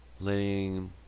letting